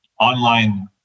online